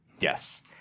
Yes